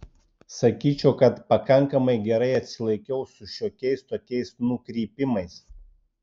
sakyčiau kad pakankamai gerai atsilaikiau su šiokiais tokiais nukrypimais